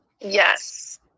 yes